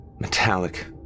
metallic